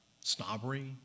snobbery